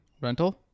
rental